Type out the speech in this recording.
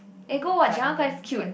eh go watch that one quite cute